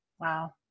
wow